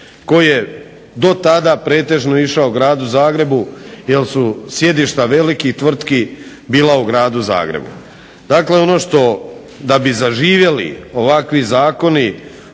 koji je do tada pretežno išao gradu Zagrebu jer su sjedišta velikih tvrtki bila u gradu Zagrebu. Dakle, ono što da bi zaživjeli ovakvi zakoni,